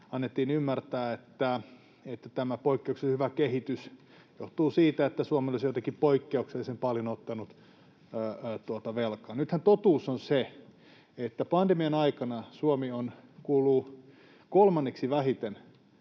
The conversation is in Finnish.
annettiin ymmärtää, että tämä poikkeuksellisen hyvä kehitys johtuu siitä, että Suomi olisi jotenkin poikkeuksellisen paljon ottanut velkaa. Nythän totuus on se, että pandemian aikana Suomi kuuluu kolmanneksi vähiten